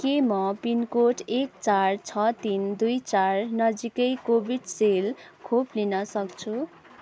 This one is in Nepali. के म पिनकोड एक चार छ तिन दुई चार नजिकै कोभिसिल्ड खोप लिन सक्छु